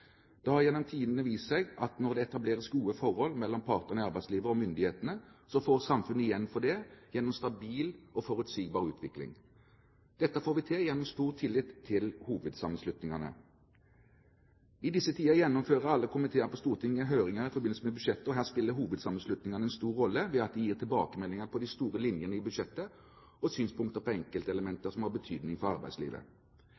Det har gjennom tidene vist seg at når det etableres gode forhold mellom partene i arbeidslivet og myndighetene, får samfunnet igjen for det gjennom en stabil og forutsigbar utvikling. Dette får vi til gjennom en stor tillit til hovedsammenslutningene. I disse tider gjennomfører alle komiteene på Stortinget høringer i forbindelse med budsjettet, og her spiller hovedsammenslutningene en stor rolle ved at de gir tilbakemeldinger på de store linjene i budsjettet og synspunkter på